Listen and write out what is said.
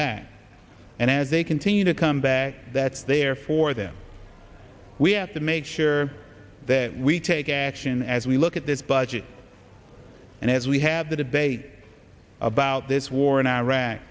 back and as they continue to come back that's there for them we have to make sure that we take action as we look at this budget and as we have the debate about this war in iraq